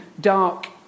dark